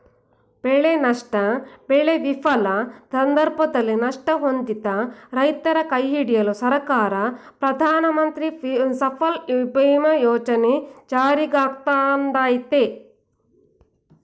ಬೆಳೆನಷ್ಟ ಬೆಳೆ ವಿಫಲ ಸಂದರ್ಭದಲ್ಲಿ ನಷ್ಟ ಹೊಂದಿದ ರೈತರ ಕೈಹಿಡಿಯಲು ಸರ್ಕಾರ ಪ್ರಧಾನಮಂತ್ರಿ ಫಸಲ್ ಬಿಮಾ ಯೋಜನೆ ಜಾರಿಗ್ತಂದಯ್ತೆ